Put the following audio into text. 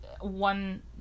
one